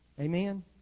Amen